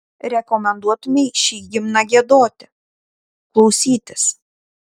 rekomenduotumei šį himną giedoti klausytis